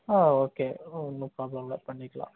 ஆ okay ஒன்றும் problem இல்லை பண்ணிக்கலாம்